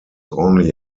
only